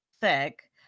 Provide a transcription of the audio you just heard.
thick